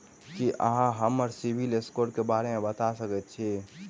की अहाँ हमरा CIBIL score क बारे मे बता सकइत छथि?